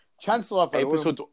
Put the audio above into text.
Chancellor